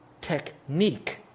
technique